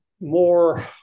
more